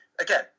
again